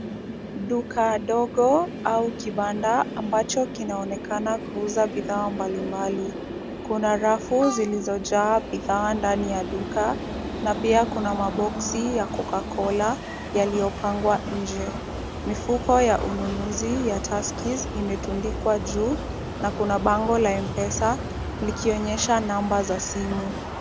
Duka dogo au kibanda ambacho kinaonekana kuuza bidhaa mbalimbali. Kuna rafu zilizojaa bidhaa ndani ya duka, na pia kuna maboxi ya Coca-cola yaliyopangwa nje. Mifuko ya ununuzi ya Tuskeys imetundikwa juu, na kuna bango la mpesa likionyesha namba za simu.